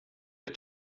der